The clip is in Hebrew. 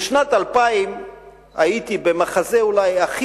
בשנת 2000 הייתי במחזה אולי הכי